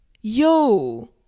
yo